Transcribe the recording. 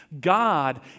God